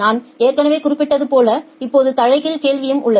நான் ஏற்கனவே குறிப்பிட்டது போல இப்போது தலைகீழ் கேள்வியும் உள்ளது